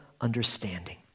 understanding